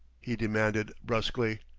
he demanded brusquely.